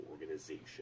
organization